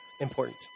important